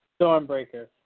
Stormbreaker